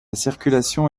circulation